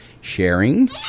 sharing